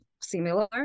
similar